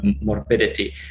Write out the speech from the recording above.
morbidity